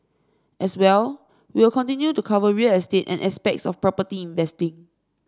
as well we'll continue to cover real estate and aspects of property investing